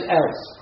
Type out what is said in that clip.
else